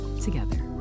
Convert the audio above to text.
together